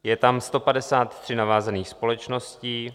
Je tam 153 navázaných společností.